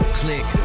click